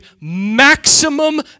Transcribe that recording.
maximum